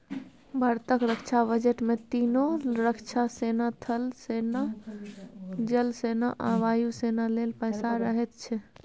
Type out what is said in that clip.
भारतक रक्षा बजट मे तीनों रक्षा सेना थल सेना, जल सेना आ वायु सेना लेल पैसा रहैत छै